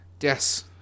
Yes